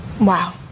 Wow